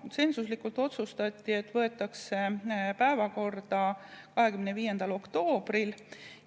Konsensuslikult otsustati, et [eelnõu] võetakse päevakorda 25. oktoobril,